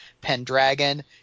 Pendragon